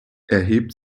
erhebt